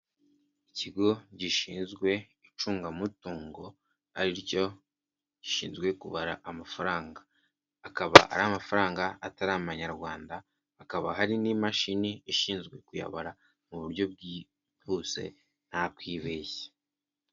Ikigo gishinzwe icungamutungo ariryo rishinzwe kubara amafaranga, akaba ari amafaranga atari amanyarwanda, akaba hari n'imashini ishinzwe kuyabara mu buryo bwihuse nta kwibeshya.